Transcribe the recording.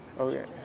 Okay